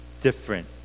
different